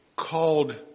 called